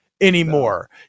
anymore